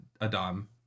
Adam